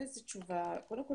קודם כל,